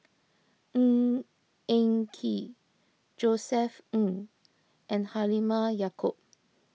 Ng Eng Kee Josef Ng and Halimah Yacob